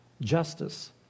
justice